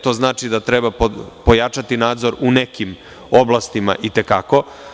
To znači da treba pojačati nadzor u nekim oblastima, i te kako.